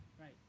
Right